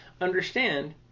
understand